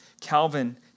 Calvin